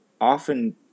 often